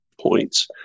points